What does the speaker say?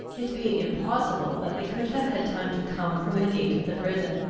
it being impossible that they could have had time to come, from the gate of the prison,